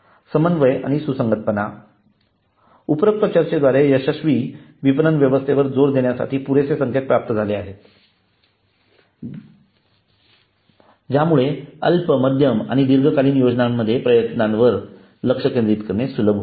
समन्वय आणि सुसंगतपणा उपरोक्त चर्चेद्वारे यशस्वी विपणन व्यवस्थेवर जोर देण्यासाठी पुरेसे संकेत प्राप्त झाले पाहिजे ज्यामुळे अल्प मध्यम आणि दीर्घकालीन योजनांमध्ये प्रयत्नांवर लक्ष केंद्रित करणे सुलभ होईल